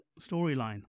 storyline